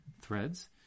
threads